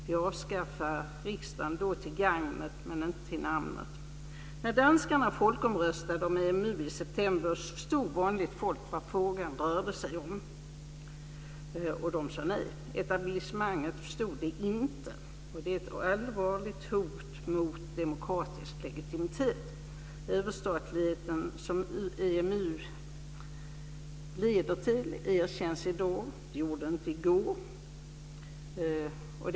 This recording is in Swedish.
Vi avskaffar riksdagen till gagnet men inte till namnet. När danskarna folkomröstade om EMU i september förstod vanligt folk vad frågan rörde sig om, och de sade nej. Etablissemanget förstod det inte. Det är ett allvarligt hot mot demokratisk legitimitet. Överstatligheten som EMU leder till erkänns i dag. Det gjorde den inte i går.